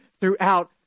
throughout